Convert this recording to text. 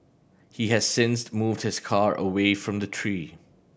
he has since moved his car away from the tree